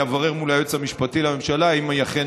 אני אברר מול היועץ המשפטי לממשלה אם היא אכן